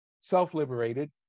self-liberated